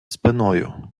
спиною